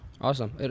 Awesome